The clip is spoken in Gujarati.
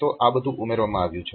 તો આ બધું ઉમેરવામાં આવ્યું છે